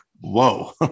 whoa